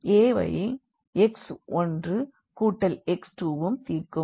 A வை x 1 கூட்டல் x 2 உம் தீர்க்கும்